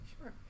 Sure